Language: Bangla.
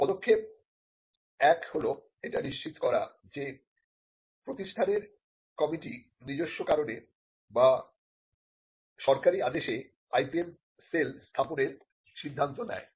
পদক্ষেপ 1 হল এটা নিশ্চিত করা যে প্রতিষ্ঠানের কমিটি নিজস্ব কারণে বা সরকারি আদেশে IPM সেল স্থাপনের সিদ্ধান্ত নেয়